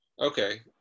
Okay